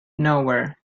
nowhere